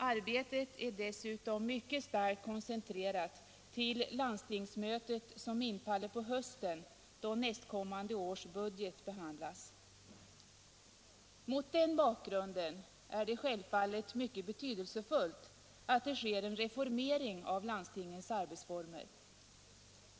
Arbetet är dessutom mycket starkt koncentrerat till det landstingsmöte som infaller på hösten, då nästkommande års budget behandlas. Mot denna bakgrund är det självfallet mycket betydelsefullt att det sker en reformering av landstingens arbetsformer.